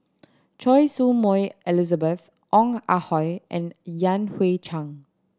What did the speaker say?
Choy Su Moi Elizabeth Ong Ah Hoi and Yan Hui Chang